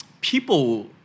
people